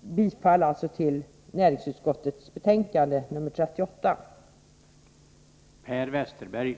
bifall till hemställan i näringsutskottets betänkande 1983/ 84:38.